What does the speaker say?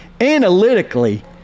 analytically